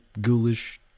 ghoulish